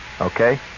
okay